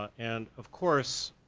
and of course,